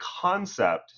concept